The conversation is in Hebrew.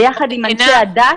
ביחד עם אנשי הדת.